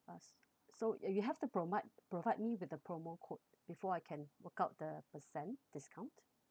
uh s~ so you have to provide me with the promo code before I can work out the percent discount